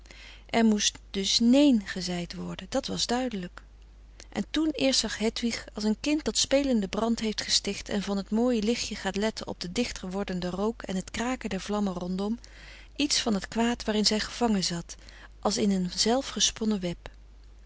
er moest dus neen gezeid worden dat was duidelijk en toen eerst zag hedwig als een kind dat spelende brand heeft gesticht en van t mooie lichtje gaat letten op de dichter wordende rook en het kraken der vlammen rondom iets van het kwaad waarin zij gevangen zat als in een zelf gesponnen web